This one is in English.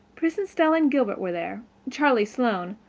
pris and stella and gilbert were there, charlie sloane,